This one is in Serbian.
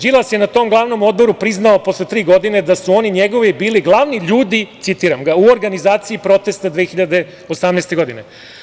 Đilas je na tom glavnom odboru priznao posle tri godine da su oni njegovi bili glavni ljudi, citiram ga: "u organizaciji protesta 2018. godine"